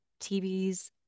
TVs